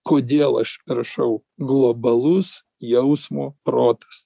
kodėl aš rašau globalus jausmo protas